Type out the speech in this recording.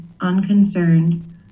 unconcerned